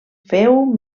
féu